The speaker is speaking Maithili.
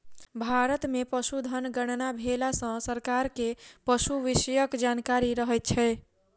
भारत मे पशुधन गणना भेला सॅ सरकार के पशु विषयक जानकारी रहैत छै